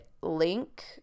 link